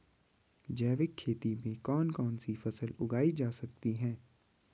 जैविक खेती में कौन कौन सी फसल उगाई जा सकती है?